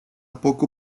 poco